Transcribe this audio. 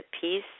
peace